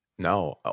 No